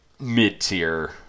mid-tier